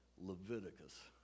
Leviticus